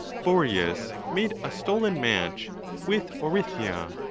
boreas made a stolen match with orithya,